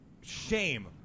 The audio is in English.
shame